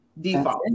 default